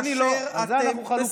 לא, על זה אנחנו חלוקים.